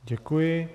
Děkuji.